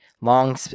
long